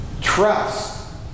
Trust